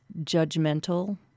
judgmental